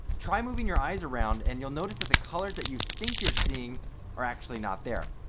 try moving your eyes around, and you'll notice that the colors that you think you're seeing are actually not there.